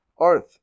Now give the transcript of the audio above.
earth